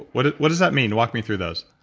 what what does that mean? walk me through those.